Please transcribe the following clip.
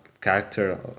character